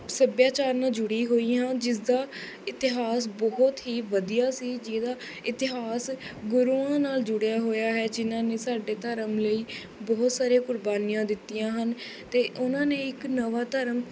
ਸੱਭਿਆਚਾਰ ਨਾਲ ਜੁੜੀ ਹੋਈ ਹਾਂ ਜਿਸ ਦਾ ਇਤਿਹਾਸ ਬਹੁਤ ਹੀ ਵਧੀਆ ਸੀ ਜਿਹਦਾ ਇਤਿਹਾਸ ਗੁਰੂਆਂ ਨਾਲ ਜੁੜਿਆ ਹੋਇਆ ਹੈ ਜਿਹਨਾਂ ਨੇ ਸਾਡੇ ਧਰਮ ਲਈ ਬਹੁਤ ਸਾਰੀਆਂ ਕੁਰਬਾਨੀਆਂ ਦਿੱਤੀਆਂ ਹਨ ਅਤੇ ਉਨ੍ਹਾਂ ਨੇ ਇੱਕ ਨਵਾਂ ਧਰਮ